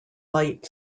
light